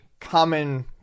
common